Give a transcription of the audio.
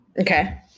okay